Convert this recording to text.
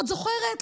עוד זוכרת,